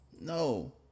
No